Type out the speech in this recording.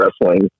wrestling